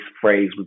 phrase